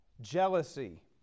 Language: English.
Jealousy